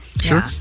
Sure